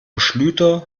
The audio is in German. schlüter